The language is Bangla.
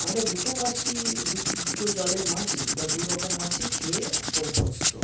আমরা দুটো মাছই দু দুটো জলের মাছই বা দু রকম মাছই খেয়ে অভ্যস্ত